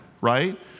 Right